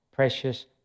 Precious